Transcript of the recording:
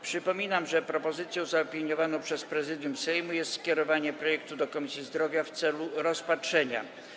Przypominam, że propozycją zaopiniowaną przez Prezydium Sejmu jest skierowanie projektu do Komisji Zdrowia w celu rozpatrzenia.